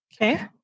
okay